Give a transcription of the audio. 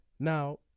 Now